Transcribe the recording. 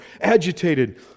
agitated